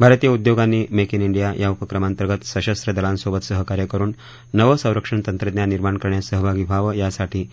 भारतीय उद्योगांनी make in India या उपक्रमांतर्गत सशस्त्र दलांसोबत सहकार्य करुन नवं संरक्षण तंत्रज्ञान निर्माण करण्यात सहभागी व्हावं यासाठी